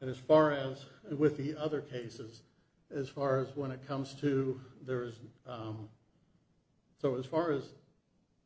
and as far as with the other cases as far as when it comes to there is so as far as